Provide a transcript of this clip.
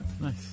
Nice